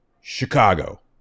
chicago